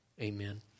amen